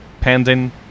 pending